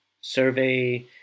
survey